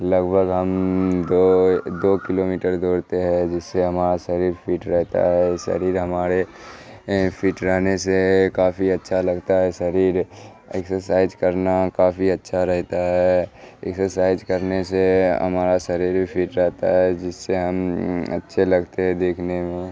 لگ بھگ ہم دو دو کلو میٹر دوڑتے ہیں جس سے ہمارا شریر فٹ رہتا ہے شریر ہمارے فٹ رہنے سے کافی اچھا لگتا ہے شریر ایکسرسائز کرنا کافی اچھا رہتا ہے ایکسرسائز کرنے سے ہمارا شریر بھی فٹ رہتا ہے جس سے ہم اچھے لگتے ہیں دیکھنے میں